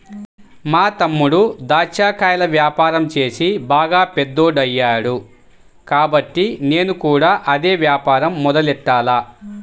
మా తమ్ముడు దాచ్చా కాయల యాపారం చేసి బాగా పెద్దోడయ్యాడు కాబట్టి నేను కూడా అదే యాపారం మొదలెట్టాల